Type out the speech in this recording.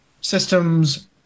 systems